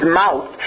mouth